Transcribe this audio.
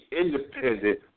independent